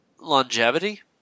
longevity